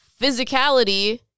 physicality